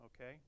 Okay